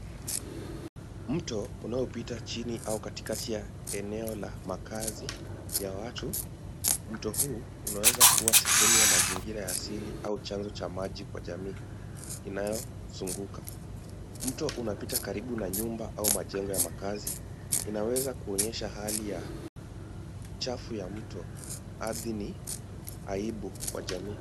Mto unaopita chini au katikati ya eneo la makazi ya watu. Mto huu unaweza kuwa sehemu ya mazingira ya asili au chanzo cha maji kwa jamii inayozuunguka. Mto unapita karibu na nyumba au majengo ya makazi inaweza kuonyesha hali ya uchafu ya mto, ardhi ni aibu kwa jamii.